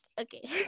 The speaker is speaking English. Okay